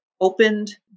opened